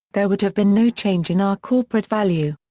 there would have been no change in our corporate value.